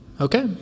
Okay